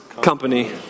company